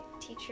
teacher